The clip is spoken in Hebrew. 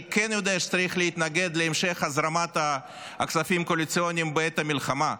אני כן יודע שצריך להתנגד להמשך הזרמת הכספים הקואליציוניים בעת המלחמה.